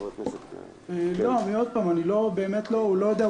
אני לא יודע,